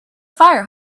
fire